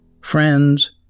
Friends